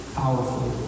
powerful